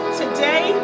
today